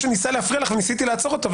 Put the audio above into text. מישהו ניסה להפריע לך וניסיתי לעצור אותו.